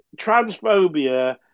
transphobia